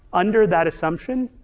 under that assumption,